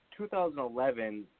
2011